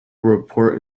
report